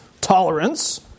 tolerance